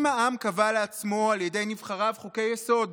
אם העם קבע לעצמו על ידי נבחריו חוק יסודי,